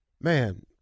man